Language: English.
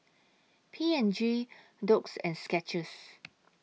P and G Doux and Skechers